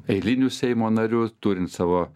eiliniu seimo nariu turint savo